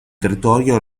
territorio